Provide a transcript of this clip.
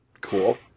cool